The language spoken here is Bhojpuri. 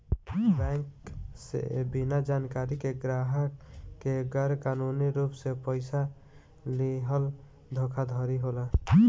बैंक से बिना जानकारी के ग्राहक के गैर कानूनी रूप से पइसा लीहल धोखाधड़ी होला